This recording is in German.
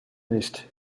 nicht